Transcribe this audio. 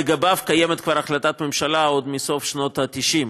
לגביו קיימת כבר החלטת ממשלה עוד מסוף שנות ה-90,